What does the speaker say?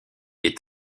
est